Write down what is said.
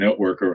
Networker